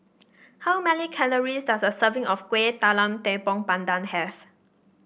how many calories does a serving of Kuih Talam Tepong Pandan have